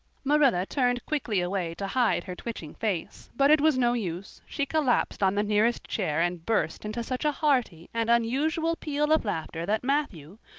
marilla turned quickly away to hide her twitching face but it was no use she collapsed on the nearest chair and burst into such a hearty and unusual peal of laughter that matthew,